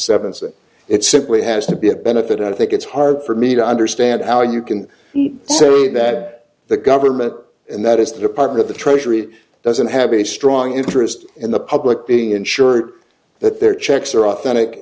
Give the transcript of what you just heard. sevenths that it simply has to be a benefit i think it's hard for me to understand how you can say that the government and that is the department of the treasury doesn't have a strong interest in the public being ensure that their checks are authentic